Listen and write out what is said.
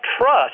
trust